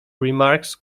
remarks